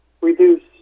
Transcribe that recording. reduce